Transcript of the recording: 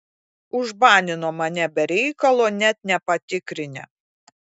užbanino mane be reikalo net nepatikrinę